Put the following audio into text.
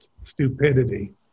stupidity